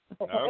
Okay